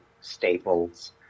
Staples